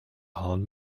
halen